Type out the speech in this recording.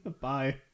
Bye